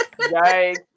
yikes